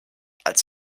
als